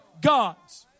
God's